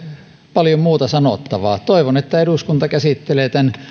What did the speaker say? paljon muuta sanottavaa toivon että eduskunta käsittelee tämän